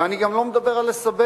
ואני גם לא מדבר על לסבך